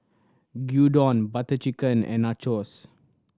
Gyudon Butter Chicken and Nachos